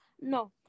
No